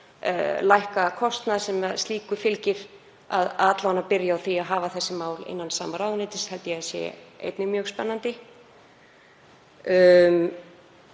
lækka kostnað sem slíku fylgir, að byrja á því að hafa þessi mál innan sama ráðuneytis, það held ég að sé einnig mjög spennandi.